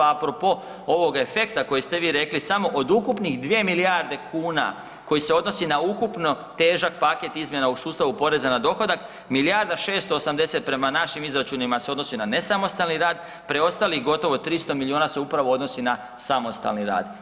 A apropo ovog efekta koje ste vi rekli samo od ukupnih 2 milijarde kuna koji se odnosi na ukupno težak paket izmjena u sustavu poreza na dohodak, milijarda 680 prema našim izračunima se odnosi na nesamostalni rad, preostalih gotovo 300 milijuna se upravo odnosi na samostalni rad.